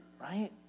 right